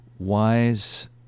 wise